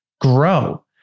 grow